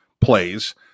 plays